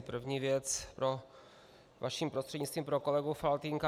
První věc vaším prostřednictvím pro kolegu Faltýnka.